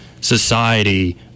society